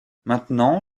maintenant